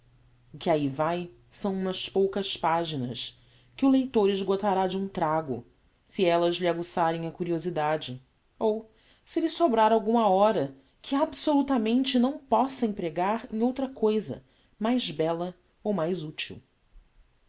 que ahi vae são umas poucas paginas que o leitor esgotará de um trago se ellas lhe aguçarem a curiosidade ou se lhe sobrar alguma hora que absolutamente não possa empregar em outra cousa mais bella ou mais util